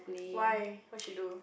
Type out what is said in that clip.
why what she do